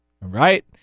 Right